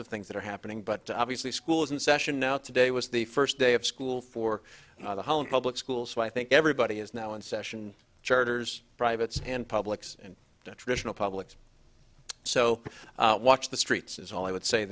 of things that are happening but obviously schools in session now today was the first day of school for the public school so i think everybody is now in session charters privates and publics and traditional public so watch the streets is all i would say